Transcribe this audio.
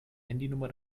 handynummer